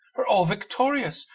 her all-victorious,